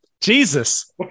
Jesus